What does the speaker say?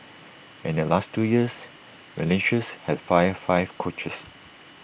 and in the last two years Valencia's had fired five coaches